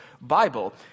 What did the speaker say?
Bible